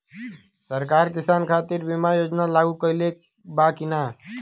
सरकार किसान खातिर बीमा योजना लागू कईले बा की ना?